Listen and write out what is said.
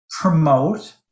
promote